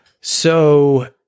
So-